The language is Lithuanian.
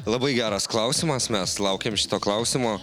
labai geras klausimas mes laukėm šito klausimo